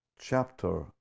chapter